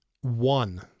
one